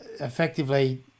effectively